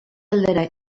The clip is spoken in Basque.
aldera